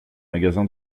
magasin